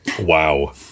Wow